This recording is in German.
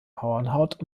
hornhaut